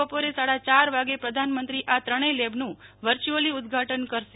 બપોરે સાડા યાર વાગે પ્રધાનમંત્રી આ ત્રણેય લેબનું વર્ય્યુઅલી આજે ઉદઘાટન કરશે